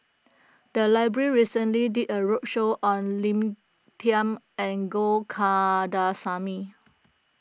the library recently did a roadshow on Lina Chiam and Go Kandasamy